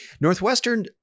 Northwestern